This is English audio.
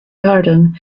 garden